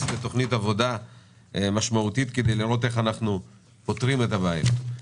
לתוכנית עבודה משמעותית כדי לראות איך אנחנו פותרים את הבעיות.